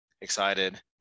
excited